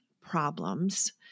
problems